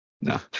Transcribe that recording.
No